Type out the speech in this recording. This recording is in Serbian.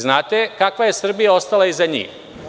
Znate kakva je Srbija ostala iza njih.